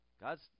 God's